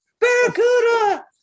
Barracuda